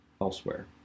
elsewhere